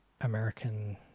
American